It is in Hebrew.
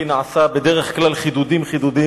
נעשה בשרי חידודין-חידודין,